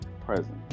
present